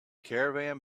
caravan